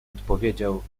odpowiedział